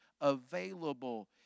available